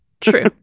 true